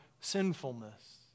sinfulness